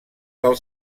del